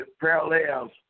parallels